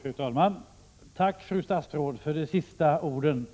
Fru talman! Tack, fru statsråd, för de senaste orden.